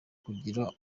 kugira